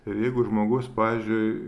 ir jeigu žmogus pavyzdžiui